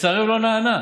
לצערי הוא לא נענה.